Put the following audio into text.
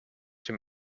dem